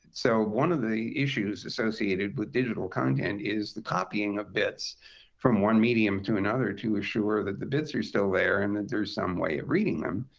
so one of the issues associated with digital content is the copying of bits from one medium to another to assure that the bits are still there and that there is some way of reading them.